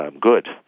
Good